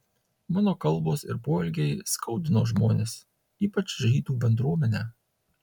mano kalbos ir poelgiai skaudino žmones ypač žydų bendruomenę